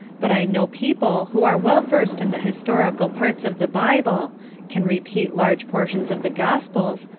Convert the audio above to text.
but i know people who are well versed in the historical parts of the bible can repeat large portions of the gospels,